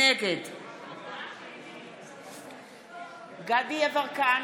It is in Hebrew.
נגד דסטה גדי יברקן,